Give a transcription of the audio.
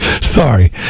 Sorry